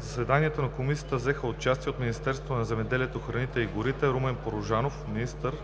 заседанието на комисията взеха участие от Министерството на земеделието, храните и горите: Румен Порожанов – министър,